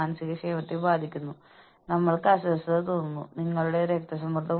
അതിനാൽ ഓർഗനൈസേഷൻ എനിക്ക് ഇത് പകരമായി നൽകുമെന്ന് ഞാൻ പ്രതീക്ഷിക്കുന്നു